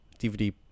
dvd